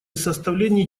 составлении